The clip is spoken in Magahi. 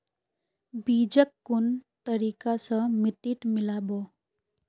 बीजक कुन तरिका स मिट्टीत मिला बो